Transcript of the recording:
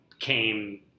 came